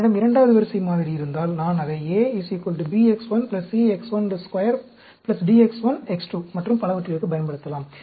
என்னிடம் இரண்டாவது வரிசை மாதிரி இருந்தால் நான் அதை a b x 1 c x 1 2 d x 1 x 2 மற்றும் பலவற்றிற்கு பயன்படுத்தலாம்